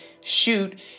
shoot